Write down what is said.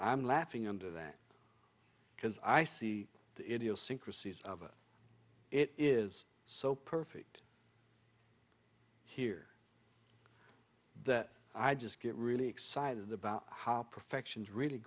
i'm laughing under that because i see the idiosyncrasies of it is so perfect here that i just get really excited about how perfection is really